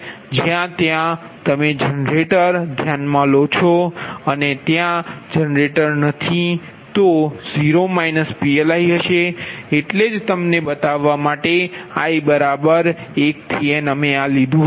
જ્યાં ત્યાં તમે જનરેટર ધ્યાનમાં લો છો અને ત્યાં જનરેટર નથી ત્યાં 0 − PLi હશે એટલે જ તમને બતાવવા માટે i 12 n અમે આ લીધું